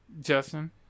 Justin